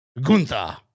Gunther